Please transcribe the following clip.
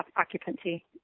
occupancy